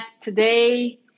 today